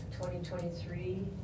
2023